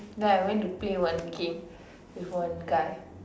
then I went to play one game with one guy